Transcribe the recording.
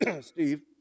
Steve